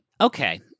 Okay